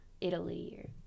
Italy